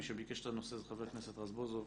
מי שביקש את הנושא זה חבר הכנסת רזבוזוב,